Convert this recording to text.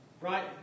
Right